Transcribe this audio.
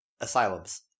asylums